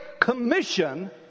commission